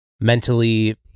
mentally